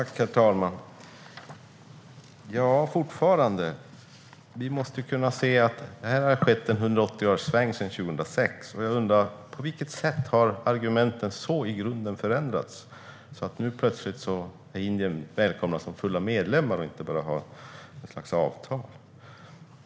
Herr talman! Vi måste fortfarande kunna se att det har skett en 180-graderssväng sedan 2006, och jag undrar på vilket sätt argumenten har förändrats så grundligt att Indien plötsligt är välkommet som full medlem i stället för att enbart ha något slags avtal.